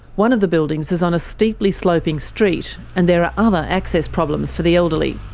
one of the buildings is on a steeply sloping street and there are other access problems for the elderly.